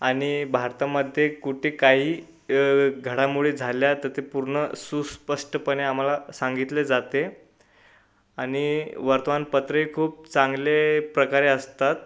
आणि भारतामध्ये कुठे काही घडामोडी झाल्या तर ते पूर्ण सुस्पष्टपणे आम्हाला सांगितले जाते आणि वर्तमानपत्रे खूप चांगले प्रकारे असतात